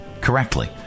correctly